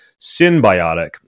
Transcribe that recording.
symbiotic